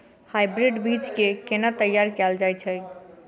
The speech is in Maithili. हाइब्रिड बीज केँ केना तैयार कैल जाय छै?